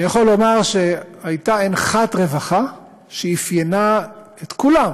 אני יכול לומר שהייתה אנחת רווחה שאפיינה את כולם